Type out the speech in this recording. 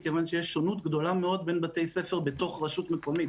מכיוון שיש שונות גדולה מאוד בין בתי ספר בתוך רשות מקומית